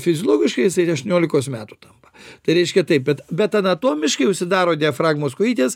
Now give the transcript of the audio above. fiziologiškai jisai aštuoniolikos metų tampa tai reiškia taip bet bet anatomiškai užsidaro diafragmos kojytės